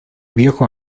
viejo